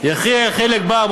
יחיאל חיליק בר.